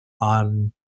on